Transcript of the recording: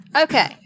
Okay